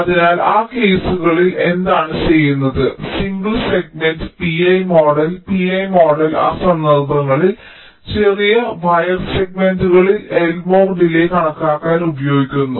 അതിനാൽ ആ കേസുകളിൽ എന്താണ് ചെയ്യുന്നത് single segment Pi model Pi model ആ സന്ദർഭങ്ങളിൽ ചെറിയ വയർ സെഗ്മെന്റുകളിൽ എൽമോർ ഡിലേയ് കണക്കാക്കാൻ ഉപയോഗിക്കുന്നു